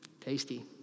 Tasty